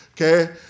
okay